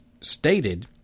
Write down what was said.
stated